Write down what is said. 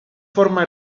forma